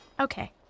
Okay